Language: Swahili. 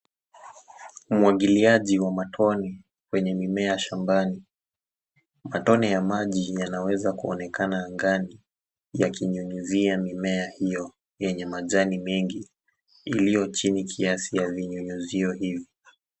Umwagiliaji wa matone kwenye mimea shambani. Matone ya maji yanaweza kuonekana angani, yakinyunyizia mimea hiyo yenye majani mengi, iliyo chini kiasi ya vinyunyizio hivyo.